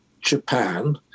Japan